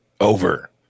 Over